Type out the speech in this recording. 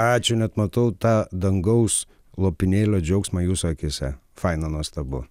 ačiū net matau tą dangaus lopinėlio džiaugsmą jūsų akyse faina nuostabu